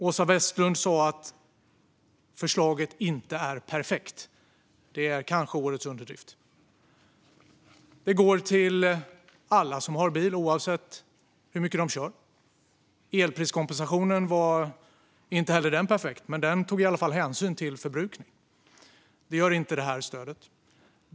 Åsa Westlund sa att förslaget inte är perfekt - det kanske är årets underdrift. Stödet går till alla som har bil, oavsett hur mycket de kör. Elpriskompensationen var inte heller perfekt, men den tog i alla fall hänsyn till förbrukning. Det gör inte detta stöd.